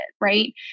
right